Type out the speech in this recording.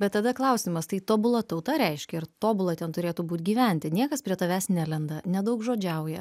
bet tada klausimas tai tobula tauta reiškia ir tobula ten turėtų būt gyventi niekas prie tavęs nelenda nedaugžodžiauja